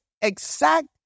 exact